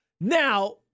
Now